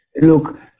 look